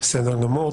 בסדר גמור.